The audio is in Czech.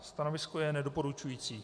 Stanovisko je nedoporučující.